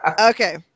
Okay